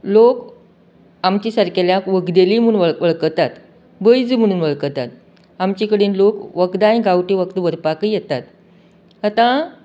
लोक आमचें सारकेल्यांक वखदेली म्हूण वळ वळखताता वैझ म्हूण वळखताता आमचे कडेन लोक वखदाय गांवटी वखदाय घेवपाकय येतात आतां